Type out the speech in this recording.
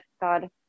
God